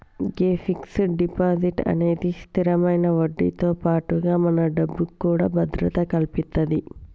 గే fix deposit అన్నది స్థిరమైన వడ్డీతో పాటుగా మన డబ్బుకు కూడా భద్రత కల్పితది